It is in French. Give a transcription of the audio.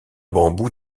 bambou